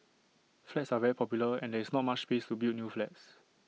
flats are very popular and there is not much space to build new flats